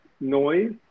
noise